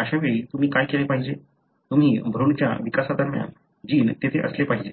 अशावेळी तुम्ही काय केले पाहिजे तुम्ही भ्रूणाच्या विकासादरम्यान जीन तेथे असले पाहिजे